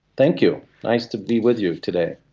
thank you, nice to be with you today.